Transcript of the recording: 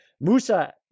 Musa